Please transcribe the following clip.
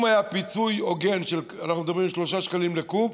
אם היה פיצוי הוגן, אנחנו מדברים על 3 שקלים לקוב.